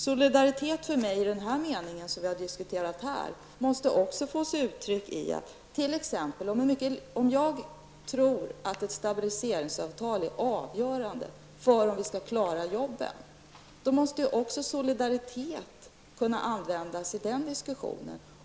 Solidaritet i den mening som vi har diskuterat här är t.ex. för mig, att om jag tror att ett stabiliseringsavtal är avgörande för om vi skall klara jobben, måste också solidaritet kunna användas i den diskussionen.